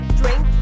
drink